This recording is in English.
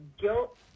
guilt